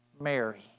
Mary